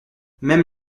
même